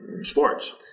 sports